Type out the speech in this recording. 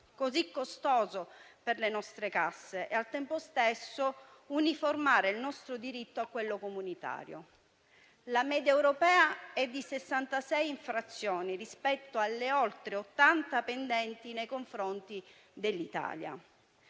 così costoso per le nostre casse e, al tempo stesso, uniformare il nostro diritto a quello comunitario. La media europea è di 66 infrazioni rispetto alle oltre 80 pendenti nei confronti dell'Italia.